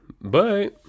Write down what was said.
bye